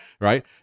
right